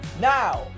Now